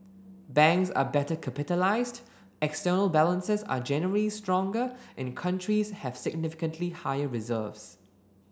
banks are better capitalised external balances are generally stronger and countries have significantly higher reserves